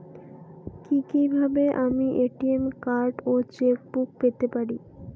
কি কিভাবে আমি এ.টি.এম কার্ড ও চেক বুক পেতে পারি?